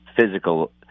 physical